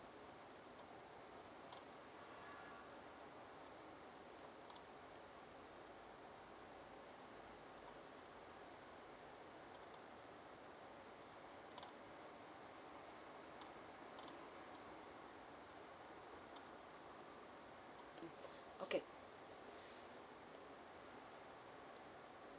okay